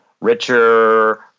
richer